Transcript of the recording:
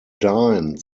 dine